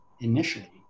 initially